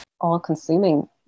all-consuming